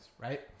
right